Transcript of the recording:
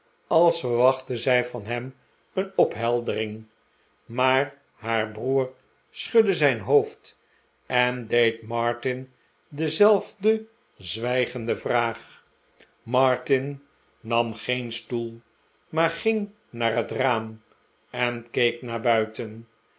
als verwachtte zij van hem een opheldering maar haar broer schudde zijn hoofd en deed martin dezelfde zwijgende vraag martin nam geen stoel maar ging naar het raam en keek naar buiten